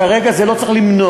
כרגע זה לא צריך למנוע.